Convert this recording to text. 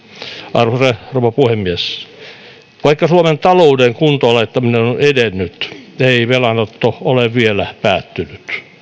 arvoisa rouva puhemies vaikka suomen talouden kuntoon laittaminen on edennyt ei velanotto ole vielä päättynyt